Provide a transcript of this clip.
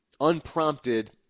unprompted